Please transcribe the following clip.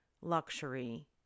luxury